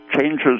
changes